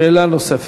שאלה נוספת.